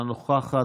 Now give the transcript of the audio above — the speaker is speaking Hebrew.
אינה נוכחת,